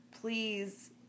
please